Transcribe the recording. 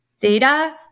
data